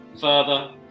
further